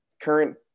current